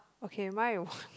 okay mine one